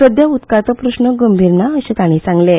सध्या उदकाचो प्रस्न गंभीर ना अशें तांणी सांगलें